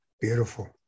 beautiful